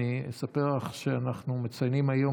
אני אספר לך שאנחנו מציינים היום,